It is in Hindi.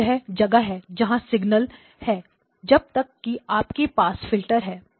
यह वह जगह है जहां सिग्नल है जब तक कि आपके पास फिल्टर है